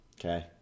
Okay